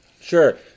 sure